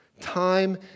Time